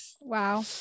Wow